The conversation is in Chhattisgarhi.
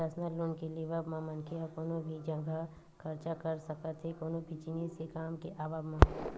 परसनल लोन के लेवब म मनखे ह कोनो भी जघा खरचा कर सकत हे कोनो भी जिनिस के काम के आवब म